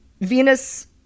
Venus